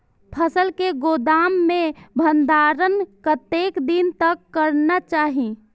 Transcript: फसल के गोदाम में भंडारण कतेक दिन तक करना चाही?